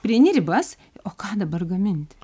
prieini ribas o ką dabar gaminti